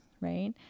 right